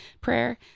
prayer